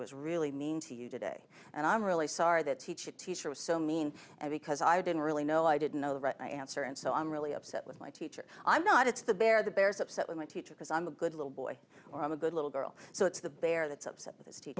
was really mean to you today and i'm really sorry that teach it teacher was so mean and because i didn't really know i didn't know the answer and so i'm really upset with my teacher i'm not it's the bear the bears upset with my teacher because i'm a good little boy or i'm a good little girl so it's the bear that's upset